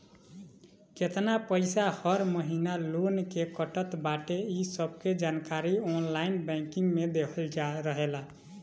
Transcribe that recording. केतना पईसा हर महिना लोन के कटत बाटे इ सबके जानकारी ऑनलाइन बैंकिंग में देहल रहेला